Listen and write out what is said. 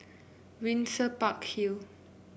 Windsor Park Hill